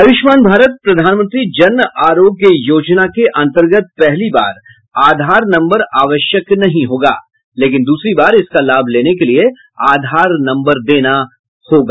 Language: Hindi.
आयुष्मान भारत प्रधाानमंत्री जन आरोग्य योजना के अंतर्गत पहली बार आधार नंबर आवश्यक नहीं होगा लेकिन दूसरी बार इसका लाभ लेने के लिए आधार नंबर देना होगा